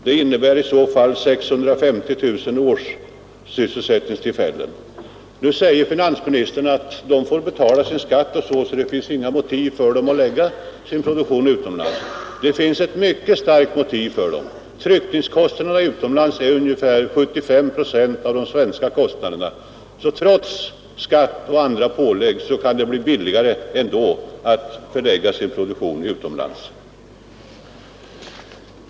Det innebär i så fall 650 årssysselsättningstillfällen. Nu säger finansministern att de får betala sin skatt ändå och att det därför inte finns några motiv för dem att lägga produktionen utomlands. Det finns ett mycket starkt motiv för dem: tryckningskostnaderna utomlands är 75 procent av de svenska kostnaderna. Trots skatt och andra pålägg kan det alltså bli billigare att förlägga sin produktion utomlands.